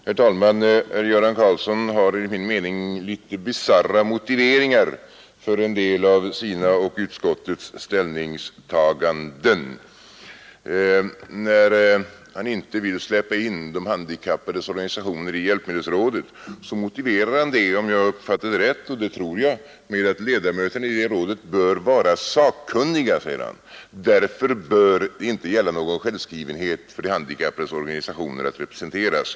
Herr talman! Herr Göran Karlsson har enligt min mening litet bisarra motiveringar för en del av sina och utskottets ställningstaganden. När han inte vill släppa in de handikappades organisationer i hjälpmedelsrådet, motiverar han det — om jag uppfattade rätt, och det tror jag — med att ledamöterna i det rådet bör vara sakkunniga. Därför bör inte gälla någon självskrivenhet för de handikappades organisationer att representeras.